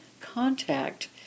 contact